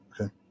Okay